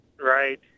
Right